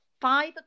five